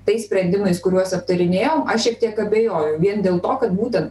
tais sprendimais kuriuos aptarinėjom aš šiek tiek abejoju vien dėl to kad būtent